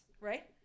right